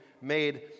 made